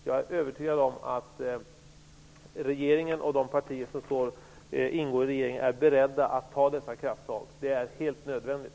Jag är övertygad om att regeringen och de partier som ingår där är beredda att ta dessa krafttag. Det är helt nödvändigt.